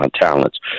talents